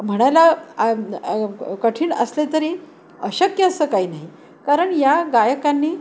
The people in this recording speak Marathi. म्हणायला आ ब आ कठीण असले तरी अशक्य असं काही नाही कारण या गायकांनी